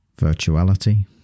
virtuality